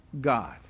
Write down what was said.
God